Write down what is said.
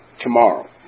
tomorrow